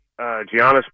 Giannis